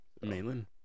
Mainland